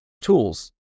tools